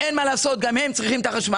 אין מה לעשות, גם הם צריכים חשמל.